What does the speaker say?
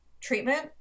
treatment